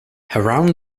around